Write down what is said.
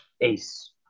ace